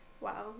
Wow